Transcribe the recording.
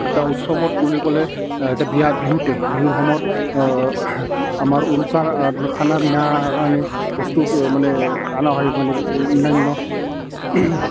এতিয়া উৎসৱত বুলি ক'লে এতিয়া বিয়া বিহুতে বিহুৰ সময়ত আমাৰ উৰুকাৰ খানা পিনাৰ কাৰণে বস্তুটো মানে অনা হয় মানে এই অন্যান্য